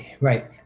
Right